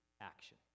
action